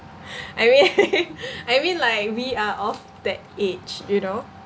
I mean I mean like we are of that age you know